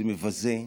זה מבזה,